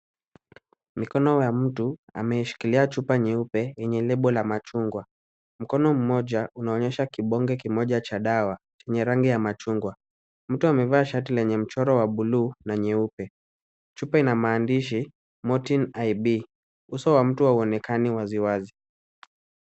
Mkono ya mtu, ameishikilia chupa nyeupe yenye lebo la machungwa, mkono mmoja unaonyesha kibonge kimoja cha dawa, chenye rangi ya machungwa. Mtu amevaa shati lenye mchoro wa buluu na nyeupe. Chupa ina maandishi, 'Motin IB'. Uso wa mtu uonekani waziwazi.